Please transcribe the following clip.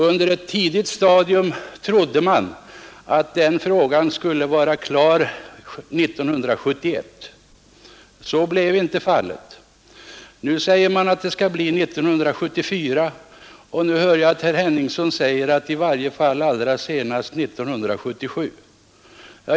Under ett tidigt stadium trodde man att den frågan skulle vara löst 1971. Så blev inte fallet. Sedan har det sagts att det skulle bli 1974, och nu hör jag herr Henningsson säga att det blir i varje fall allra senast 1977.